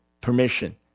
permission